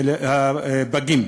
בכלל הם של הפגים.